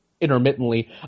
intermittently